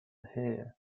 here